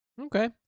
Okay